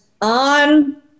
on